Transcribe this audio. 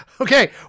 okay